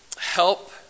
help